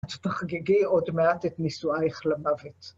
תחגגי עוד מעט את נישואייך למוות.